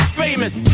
famous